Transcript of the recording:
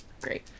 Great